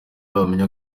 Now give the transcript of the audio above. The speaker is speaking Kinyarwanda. wamenya